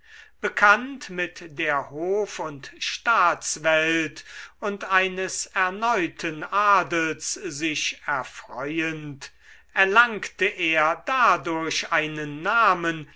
bekannt mit der hof und staatswelt und eines erneuten adels sich erfreuend erlangte er dadurch einen namen